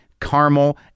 caramel